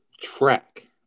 track